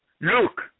look